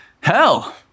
hell